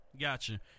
gotcha